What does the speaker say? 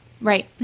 Right